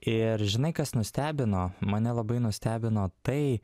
ir žinai kas nustebino mane labai nustebino tai